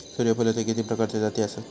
सूर्यफूलाचे किती प्रकारचे जाती आसत?